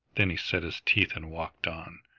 then he set his teeth and walked on.